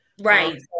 Right